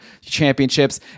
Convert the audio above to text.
championships